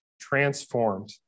transformed